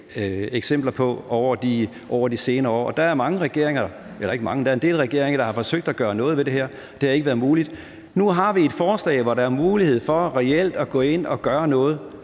eksempler på over de senere år, og der er en del regeringer, der har forsøgt at gøre noget ved det, men det har ikke været muligt. Nu har vi et forslag, hvor der er mulighed for reelt at gå ind og gøre noget,